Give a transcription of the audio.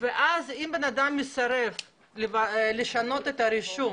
ואז אם בן אדם מסרב לשנות את הרישום,